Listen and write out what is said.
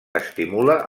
estimula